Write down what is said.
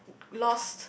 lost